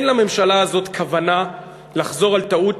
אין לממשלה הזאת כוונה לחזור על טעות,